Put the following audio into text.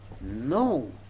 No